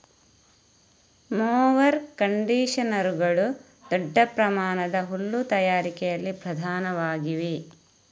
mower ಕಂಡಿಷನರುಗಳು ದೊಡ್ಡ ಪ್ರಮಾಣದ ಹುಲ್ಲು ತಯಾರಿಕೆಯಲ್ಲಿ ಪ್ರಧಾನವಾಗಿವೆ